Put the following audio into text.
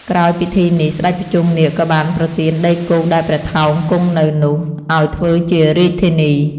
ក្រោយពិធីនេះ ស្ដេចភុជង្គនាគក៏បានប្រទានដីគោកដែលព្រះថោងគង់នៅនោះ ឲ្យធ្វើជារាជធានី។